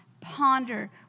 ponder